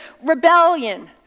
rebellion